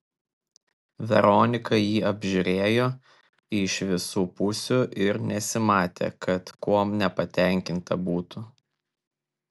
veronika jį apžiūrėjo iš visų pusių ir nesimatė kad kuom nepatenkinta būtų